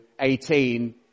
18